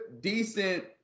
decent